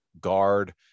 guard